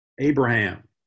Abraham